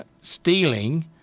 stealing